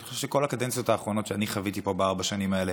אני חושב שבכל הקדנציות האחרונות שאני חוויתי פה בארבע השנים האלה